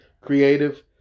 creative